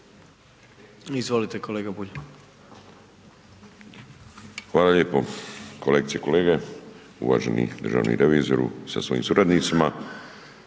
Miro (MOST)** Hvala lijepo kolegice i kolege, uvaženi državni revizoru sa svojim suradnicima,